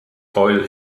oil